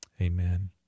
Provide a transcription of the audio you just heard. amen